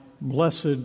blessed